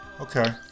Okay